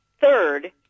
third